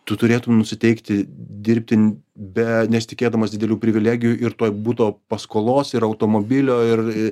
tu turėtum nusiteikti dirbti be nesitikėdamas didelių privilegijų ir tuoj buto paskolos ir automobilio ir